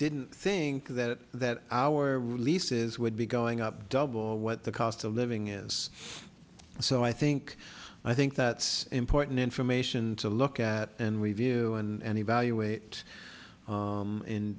didn't think that that our leases would be going up double what the cost of living is so i think i think that's important information to look at and review and evaluate